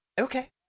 Okay